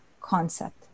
concept